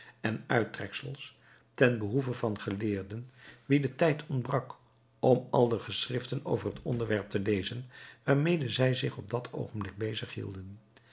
en uittreksels ten behoeve van geleerden wien de tijd ontbrak om al de geschriften over het onderwerp te lezen waarmede zij zich op dat oogenblik bezig hielden